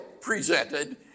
presented